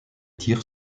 tire